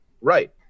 right